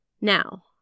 Now